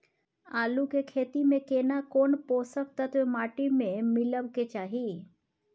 आलू के खेती में केना कोन पोषक तत्व माटी में मिलब के चाही?